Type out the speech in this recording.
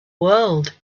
world